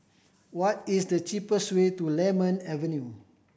what is the cheapest way to Lemon Avenue